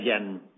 again